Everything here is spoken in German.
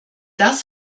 das